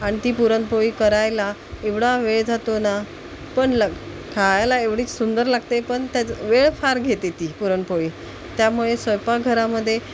आणि ती पुरणपोळी करायला एवढा वेळ जातो ना पण लग खायला एवढी सुंदर लागते पण त्याच् वेळ फार घेते ती पुरणपोळी त्यामुळे स्वयंपाकघरामध्ये